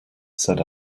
said